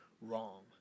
wrong